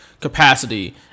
capacity